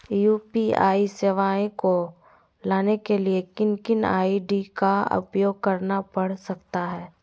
UPI सेवाएं को लाने के लिए किन किन आई.डी का उपयोग करना पड़ सकता है?